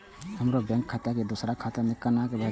हमरो बैंक खाता से दुसरा खाता में केना भेजम?